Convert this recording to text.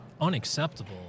unacceptable